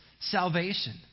salvation